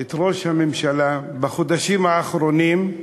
את ראש הממשלה בחודשים האחרונים,